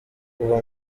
kuva